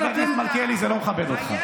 חבר הכנסת מלכיאלי, זה לא מכבד אותך.